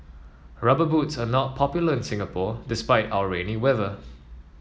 rubber boots are not popular in Singapore despite our rainy weather